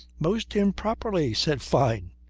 most improperly, said fyne,